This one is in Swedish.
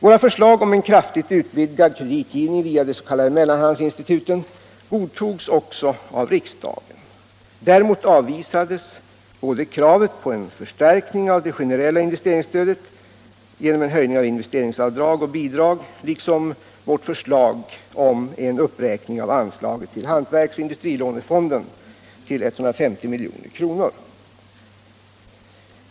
Våra förslag om en kraftigt utvidgad kreditgivning via de s.k. mellanhandsinstituten godtogs också av riksdagen. Däremot avvisades både kravet på en förstärkning av det generella investeringsstödet genom en höjning av investeringsavdrag och bidrag och förslaget om en uppräkning av anslaget till hantverksoch industrilånefonden till 150 milj.kr.